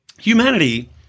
Humanity